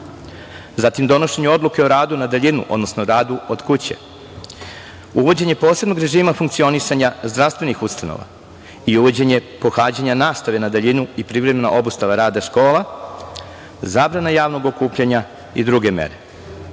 zatim donošenje Odluke o radu na daljinu, odnosno o radu od kuće, uvođenje posebnog režima funkcionisanja zdravstvenih ustanova i uvođenje pohađanja nastave na daljinu i privremena obustava rada škola, zabrana javnog okupljanja i druge mere. Ove